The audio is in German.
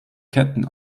ketten